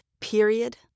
Period